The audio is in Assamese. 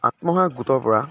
আত্মসহায়ক গোটৰ পৰা